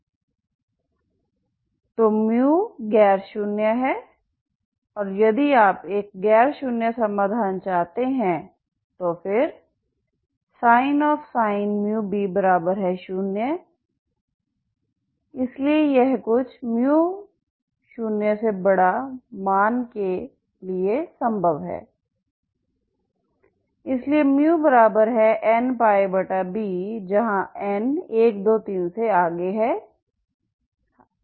तो μ≠0 है और यदि आप एक गैर शून्य समाधान चाहते हैं तो फिर sin μb 0 इसलिए यह कुछ μ0 मान के लिए संभव है इसलिए μnπb जहां n 1 2 3 से आगे है